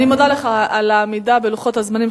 אני מודה לך על העמידה בלוחות הזמנים,